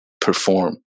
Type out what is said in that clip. perform